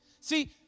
See